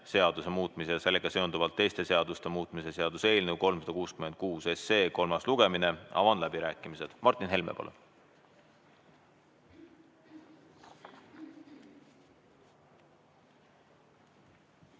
seaduse muutmise ja sellega seonduvalt teiste seaduste muutmise seaduse eelnõu 366 kolmas lugemine. Avan läbirääkimised. Martin Helme, palun!